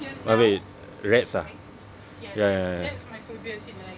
but wait rats ah ya ya ya